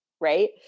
right